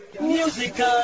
Musical